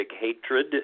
hatred